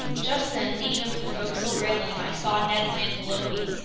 just then, leaning over the forecastle railing, i saw ned land below me,